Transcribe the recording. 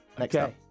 Okay